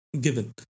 given